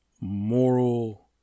moral